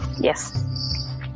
Yes